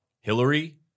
Hillary